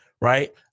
right